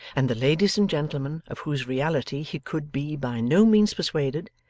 and the ladies and gentlemen of whose reality he could be by no means persuaded,